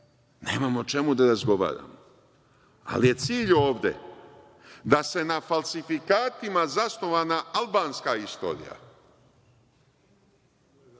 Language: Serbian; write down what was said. Nemamo o čemu da razgovaramo. Ali je cilj ovde da se na falsifikatima zasnovana albanska istorija,